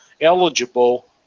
eligible